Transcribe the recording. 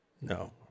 No